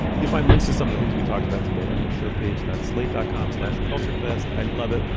you'll find links to some of the things we talked about today at our show page, that slate dot com slash culture fest. i love it.